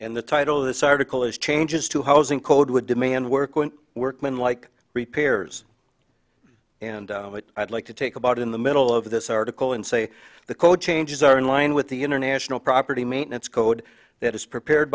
and the title of this article is changes to housing code would demand work when workman like repairs and i'd like to take about in the middle of this article and say the code changes are in line with the international property maintenance code that is prepared